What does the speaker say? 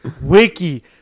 Wiki